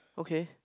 okay